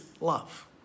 love